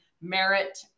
merit